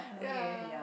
ya